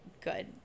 good